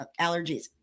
allergies